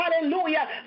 hallelujah